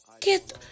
get